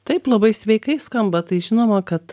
taip labai sveikai skamba tai žinoma kad